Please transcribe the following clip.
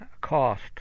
cost